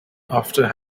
after